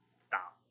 Stop